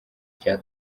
cya